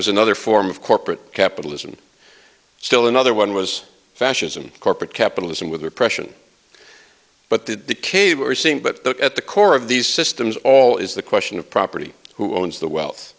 was another form of corporate capitalism still another one was fascism corporate capitalism with oppression but did the cave we're seeing but look at the core of these systems all is the question of property who owns the wealth